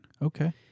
Okay